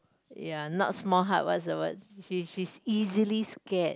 ya not small heart what's the word she she's easily scared